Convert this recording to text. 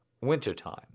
Wintertime